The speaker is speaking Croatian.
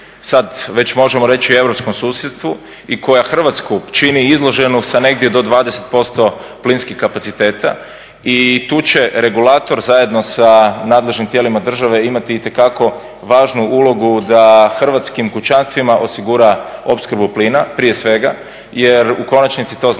sad već možemo reći europskom susjedstvu i koja Hrvatsku čini izloženu sa negdje do 20% plinskih kapaciteta i tu će regulator zajedno sa nadležnim tijelima države imati itekako važnu ulogu da hrvatskim kućanstvima osigura opskrbu plina prije svega, jer u konačnici to znači